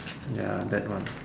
ya that one